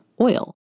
oil